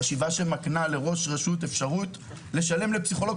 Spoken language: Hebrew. חשיבה שמקנה לראש רשות אפשרות לשלם לפסיכולוג